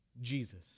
Jesus